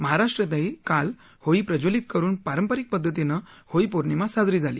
महाराष्ट्रातही काल होळी प्रज्वलीत करुन पारंपारिक पध्दतीनं होळी पौर्णिमा साजरी झाली